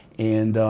and,